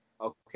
okay